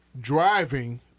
driving